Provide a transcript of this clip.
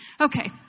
Okay